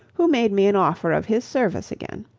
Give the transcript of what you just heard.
who made me an offer of his service again.